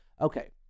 Okay